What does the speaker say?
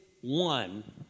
one